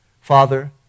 Father